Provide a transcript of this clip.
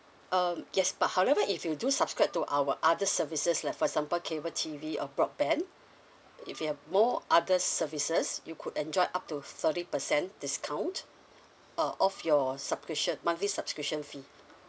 um yes but however if you do subscribe to our other services like for example cable T_V or broadband if you have more other services you could enjoy up to thirty percent discount uh off your subscription monthly subscription fee